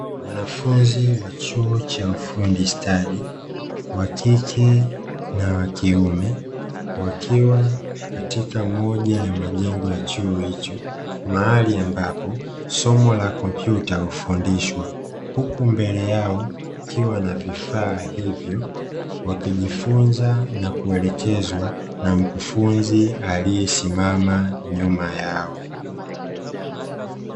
Wanafunzi wa chuo cha ufundi stadi (wakike na wakiume), wakiwakatika moja ya majengo ya chuo hicho mahali ambapo somo la kompyuta hufundishwa. Huku mbele yao kukiwa na vifaa hivyo wakijifunza na kuelekezwa na mkufunzi aliyesimama nyuma yao.